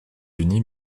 unis